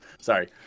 Sorry